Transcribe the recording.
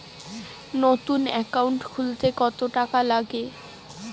নতুন একাউন্ট খুলতে কত টাকা লাগে?